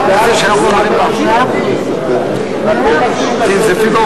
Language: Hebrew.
אנחנו גיבשנו את זה בהסכמה עם ואתם רוצים לעשות את זה מעשה פילגש